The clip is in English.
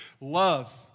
Love